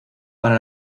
para